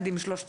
והילד